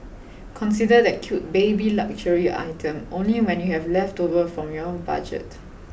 consider that cute baby luxury item only when you have leftovers from your own budget